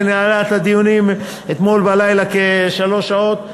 שניהלה את הדיונים אתמול בלילה במשך כשלוש שעות.